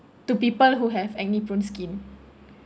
to people who have acne prone skin